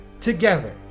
together